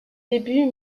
débuts